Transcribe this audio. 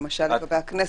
למשל לגבי הכנסת,